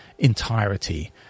Entirety